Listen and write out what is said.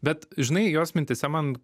bet žinai jos mintyse man